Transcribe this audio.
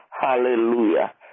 Hallelujah